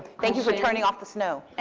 thank you for turning off the snow. and